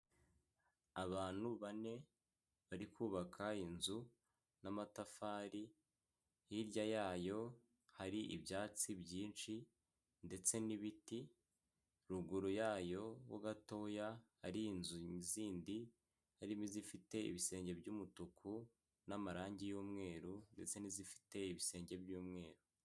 Abantu bane bari kubaka inzu n'amatafari, hirya yayo hari ibyatsi byinshi ndetse n'ibiti, ruguru yayo ho gatoya ari inzu zindi harimo izifite ibisenge by'umutuku n'amarangi y'umweru ndetse n'izifite ibisenge by'umweru.